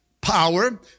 power